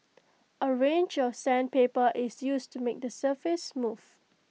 A range of sandpaper is used to make the surface smooth